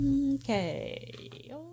okay